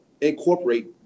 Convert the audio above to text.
incorporate